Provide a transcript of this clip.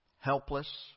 helpless